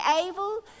able